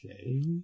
Okay